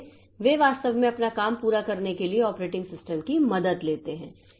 इसलिए वे वास्तव में अपना काम पूरा करने के लिए ऑपरेटिंग सिस्टम की मदद लेते हैं